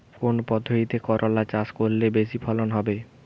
কোন পদ্ধতিতে করলা চাষ করলে বেশি ফলন হবে?